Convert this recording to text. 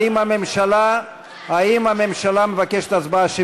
האם הממשלה מבקשת הצבעה שמית,